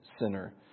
sinner